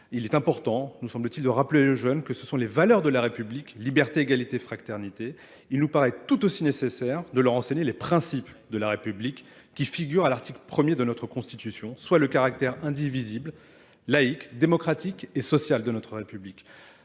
Il est important, nous semble-t-il, de rappeler aux jeunes que ce sont les valeurs de la République, liberté, égalité, fraternité. Il nous paraît tout aussi nécessaire de leur enseigner les principes de la République qui figurent à l'article premier de notre Constitution, soit le caractère indivisible, laïque, démocratique et social de notre République.